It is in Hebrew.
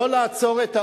לא לעצור את האוטו,